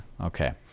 Okay